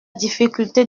difficulté